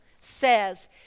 says